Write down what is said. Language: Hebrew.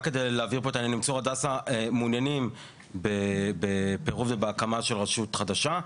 צור הדסה מעוניינים בפירוק ובהקמה של רשות חדשה.